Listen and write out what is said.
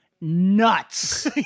nuts